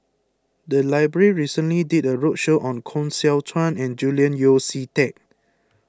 the library recently did a roadshow on Koh Seow Chuan and Julian Yeo See Teck